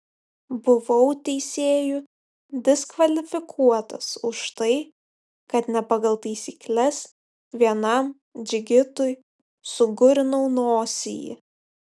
buvau teisėjų diskvalifikuotas už tai kad ne pagal taisykles vienam džigitui sugurinau nosį